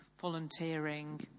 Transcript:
volunteering